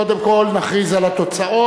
קודם כול נכריז על התוצאות.